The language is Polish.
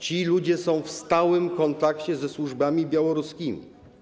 Ci ludzie są w stałym kontakcie ze służbami białoruskimi.